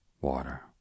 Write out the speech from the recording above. Water